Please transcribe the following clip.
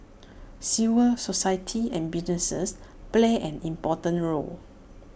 civil society and businesses play an important role